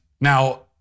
now